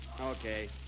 Okay